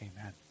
amen